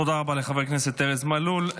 תודה רבה לחבר הכנסת ארז מלול.